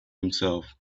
himself